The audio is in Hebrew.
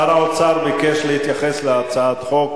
שר האוצר ביקש להתייחס להצעת החוק,